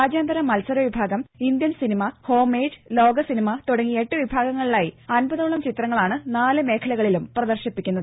രാജ്യാന്തര മത്സര വിഭാഗം ഇന്ത്യൻ സിനിമ ഹോമേജ് ലോകസിനിമ തുടങ്ങി എട്ട് വിഭാഗങ്ങളിലായി അമ്പതോളം ചിത്രങ്ങളാണ് നാല് മേഖലകളിലും പ്രദർശിപ്പിക്കുന്നത്